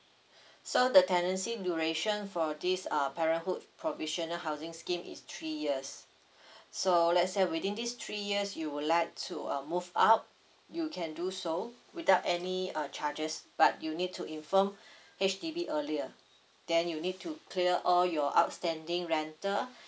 so the tenancy duration for this uh parenthood provisional housing scheme is three years so let's say within these three years you would like to uh move out you can do so without any uh charges but you need to inform H_D_B earlier then you need to clear all your outstanding rental